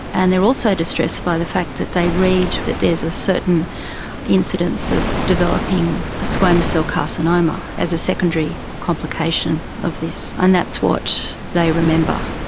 and they're also distressed by the fact that they read that there is a certain incidence of developing a squamous cell carcinoma as a secondary complication of this, and that's what they remember.